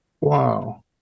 Wow